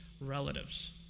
relatives